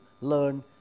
learn